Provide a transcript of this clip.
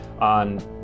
on